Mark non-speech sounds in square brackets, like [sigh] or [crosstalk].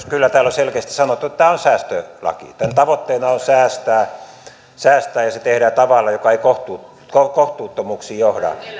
[unintelligible] kyllä täällä on selkeästi sanottu että tämä on säästölaki tämän tavoitteena on säästää säästää ja se tehdään tavalla joka ei kohtuuttomuuksiin johda